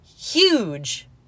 huge